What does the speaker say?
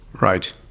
Right